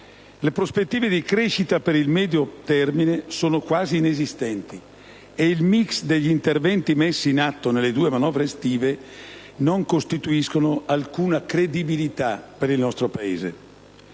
Le prospettive di crescita per il medio termine sono quasi inesistenti ed il *mix* degli interventi messi in atto nelle due manovre estive non restituisce alcuna credibilità al nostro Paese.